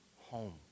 home